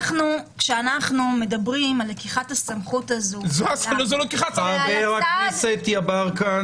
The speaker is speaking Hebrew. כשאנחנו מדברים על לקיחת הסמכות הזו- -- חבר הכנסת יברקן.